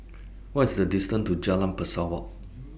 What IS The distance to Jalan Pesawat